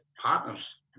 partners